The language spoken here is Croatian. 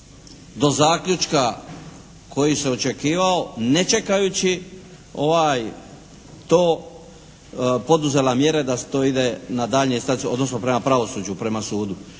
do zaključka koji se očekivao ne čekajući to poduzela mjere da to ide dalje, odnosno prema pravosuđu, prema sudu.